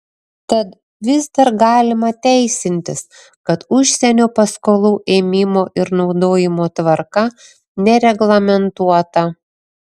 tad vis dar galima teisintis kad užsienio paskolų ėmimo ir naudojimo tvarka nereglamentuota